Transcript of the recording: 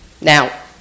Now